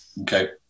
Okay